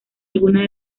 algunas